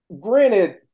Granted